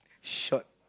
short